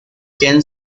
quién